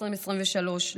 2023,